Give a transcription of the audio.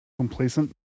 Complacent